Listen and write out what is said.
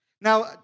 Now